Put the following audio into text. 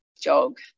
jog